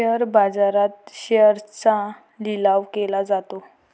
share बाजारात शेअर्सचा लिलाव केला जातो